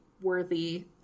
worthy